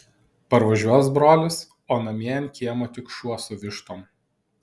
parvažiuos brolis o namie ant kiemo tik šuo su vištom